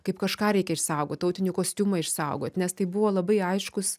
kaip kažką reikia išsaugot tautinį kostiumą išsaugot nes tai buvo labai aiškus